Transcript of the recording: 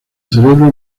cerebro